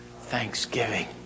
thanksgiving